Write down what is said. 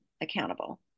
accountable